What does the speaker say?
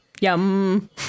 yum